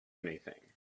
anything